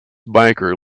biker